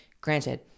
granted